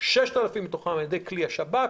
6,000 מתוכם התגלו על-ידי כלי השב"כ,